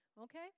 Okay